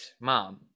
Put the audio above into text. mom